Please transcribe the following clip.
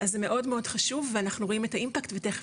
אז זה מאוד מאוד חשוב ואנחנו רואים את האימפקט ותיכף